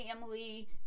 family